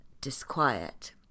disquiet